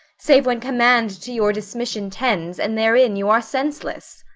save when command to your dismission tends, and therein you are senseless.